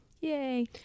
Yay